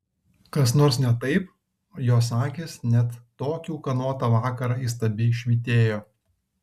kas nors ne taip jos akys net tokį ūkanotą vakarą įstabiai švytėjo